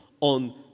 on